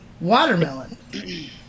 watermelon